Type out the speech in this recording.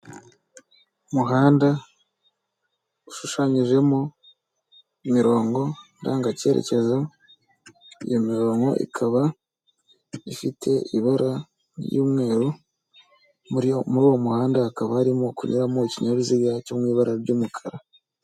Umuhanda ushushanyijemo imironko ndagakerekezo, iyo mironko ikaba, ifite ibara ry'umweru, muri uwo muhanda hakaba hari kunyuramo ikinyabiziga cyo mu ibara ry'umukara.